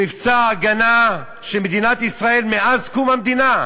במבצע הגנה של מדינת ישראל מאז קום המדינה.